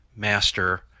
master